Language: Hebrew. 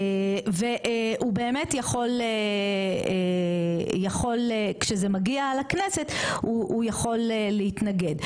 והוא באמת יכול כשזה מגיע לכנסת הוא יכול להתנגד.